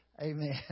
Amen